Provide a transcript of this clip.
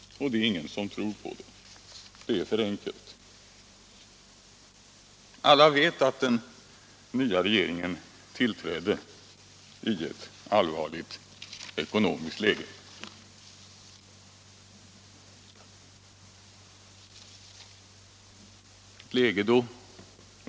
Men det är ingen som tror på det. Det är för enkelt. Alla vet att den nya regeringen tillträdde i ett allvarligt ekonomiskt läge.